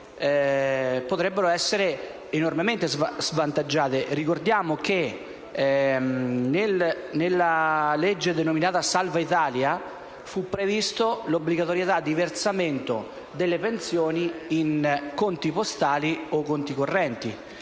potrebbero essere enormemente svantaggiate. Ricordiamo che nella legge denominata salva Italia fu prevista l'obbligatorietà di versamento delle pensioni in conti postali o conti correnti